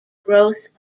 growth